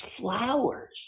flowers